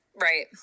Right